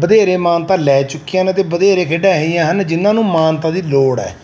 ਵਧੇਰੇ ਮਾਨਤਾ ਲੈ ਚੁੱਕੀਆਂ ਨੇ ਅਤੇ ਵਧੇਰੇ ਖੇਡਾਂ ਇਹੇ ਜਿਹੀਆਂ ਹਨ ਜਿਹਨਾਂ ਨੂੰ ਮਾਨਤਾ ਦੀ ਲੋੜ ਹੈ